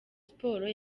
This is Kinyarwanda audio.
sports